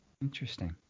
Interesting